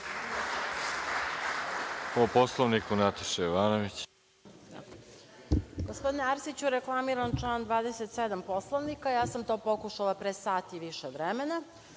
Po Poslovniku Nataša Jovanović.